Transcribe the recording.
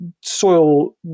soil